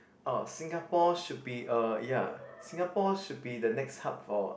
oh Singapore should be a ya Singapore should be the next hub for